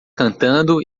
cantando